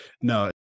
No